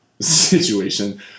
situation